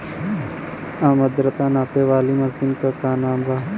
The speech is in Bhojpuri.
आद्रता नापे वाली मशीन क का नाव बा?